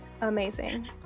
Amazing